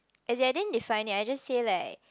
as in I didn't define it I just say like